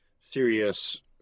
serious